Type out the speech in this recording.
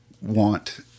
want